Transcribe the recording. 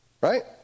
Right